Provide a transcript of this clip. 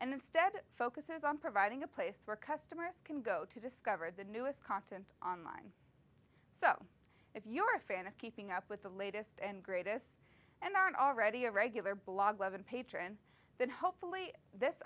and instead it focuses on providing a place where customers can go to discover the newest content online so if you are a fan of keeping up with the latest and greatest and aren't already a regular blog levon patron then hopefully this